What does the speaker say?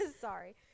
Sorry